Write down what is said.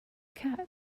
cat